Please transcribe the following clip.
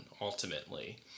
ultimately